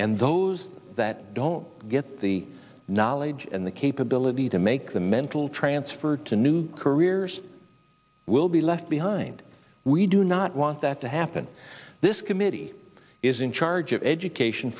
and those that don't get the knowledge and the capability to make the mental transfer to new careers will be left behind we do not want that to happen this committee is in charge of education